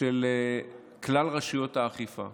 של כלל רשויות האכיפה.